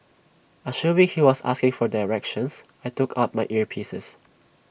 assuming he was asking for directions I took out my earpieces